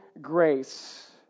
grace